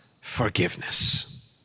forgiveness